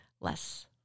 less